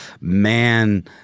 Man